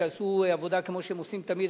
שעשו עבודה כמו שהם עושים תמיד,